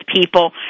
people